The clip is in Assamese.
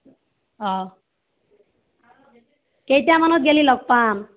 অঁ কেইটামানত গ'লে লগ পাম